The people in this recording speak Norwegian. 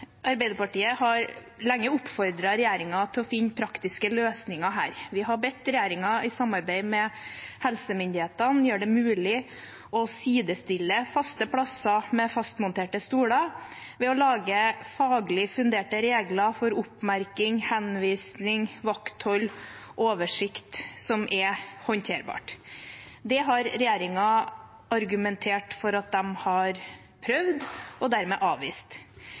mulig å sidestille faste plasser med fastmonterte stoler ved å lage faglig funderte regler for oppmerking, henvisning, vakthold, oversikt, som er håndterbart. Det har regjeringen argumentert for at de har prøvd, og dermed avvist.